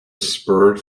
spur